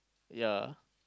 ya